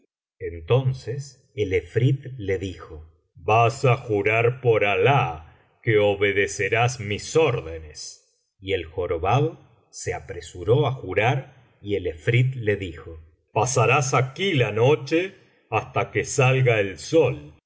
entonces el efrit le dijo vas á jurar por alah que obedecerás mis órdenes y el jorobado se apresuró á jurar y el efrit le dijo pasarás aquí la noche hasta que salga el sol